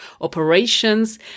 operations